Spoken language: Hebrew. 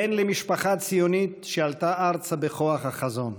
בן למשפחה ציונית שעלתה ארצה בכוח החזון.